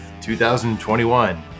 2021